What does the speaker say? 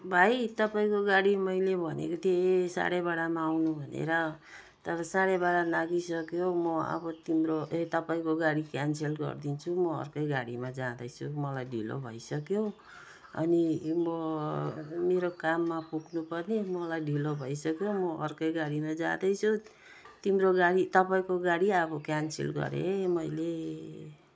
भाइ तपाईँको गाडी मैले भनेको थिएँ साढे बाह्रमा आउनु भनेर तर साढे बाह्र नाघिसक्यो म अब तिम्रो ए तपाईँको गाडी क्यान्सल गरिदिन्छु म अर्कै गाडीमा जाँदैछु मलाई ढिलो भइसक्यो अनि उँभो मेरो काममा पुग्नुपर्ने मलाई ढिलो भइसक्यो म अर्कै गाडीमा जाँदैछु तिम्रो गाडी तपाईँको गाडी अब क्यान्सल गरेँ है मैले